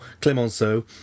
Clemenceau